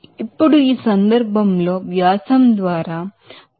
ఇప్పుడు ఈ సందర్భంలో డ్యామిటర్ ద్వారా 0